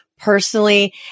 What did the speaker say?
Personally